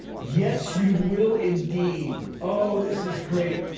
yes! you will, indeed! oh, this is great.